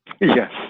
Yes